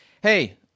hey